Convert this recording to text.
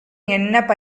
என்ன